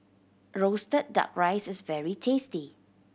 roasted Duck Rice is very tasty